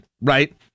right